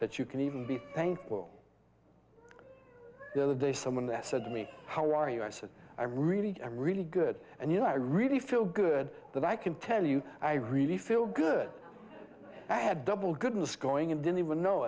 that you can even be thankful the other day someone that said to me how are you i said i really am really good and you know i really feel good that i can tell you i really feel good i had double goodness going and didn't even know